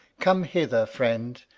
come hither, friend.